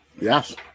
Yes